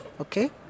Okay